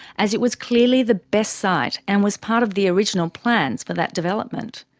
as it was clearly the best site and was part of the original plans for that development.